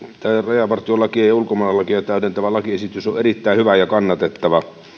rajavartiolakia ja ulkomaalaislakia täydentävä lakiesitys on erittäin hyvä ja kannatettava